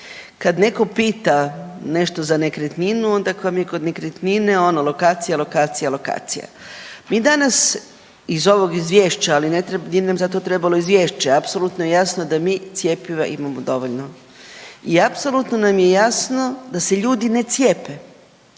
Kad netko pita nešto za nekretninu, onda koja vam je kod nekretnine, ono, lokacija, lokacija, lokacija. Mi danas iz ovog Izvješća, ali ne treba, nije nam za to trebalo Izvješće, apsolutno je jasno da mi cjepiva imamo dovoljno i apsolutno nam je jasno da se ljudi ne cijepe